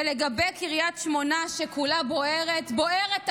ולגבי קריית שמונה, שכולה בוערת, בוערת עכשיו,